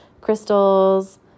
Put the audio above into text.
crystals